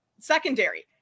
secondary